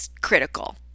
critical